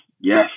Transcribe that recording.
yes